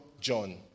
John